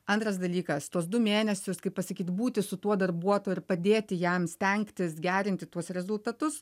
antras dalykas tuos du mėnesius kaip pasakyt būti su tuo darbuotoju ir padėti jam stengtis gerinti tuos rezultatus